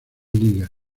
liga